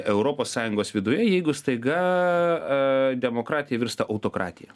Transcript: europos sąjungos viduje jeigu staiga demokratija virsta autokratija